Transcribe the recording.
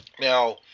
Now